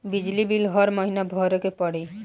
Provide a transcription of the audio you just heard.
बिजली बिल हर महीना भरे के पड़ी?